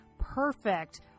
perfect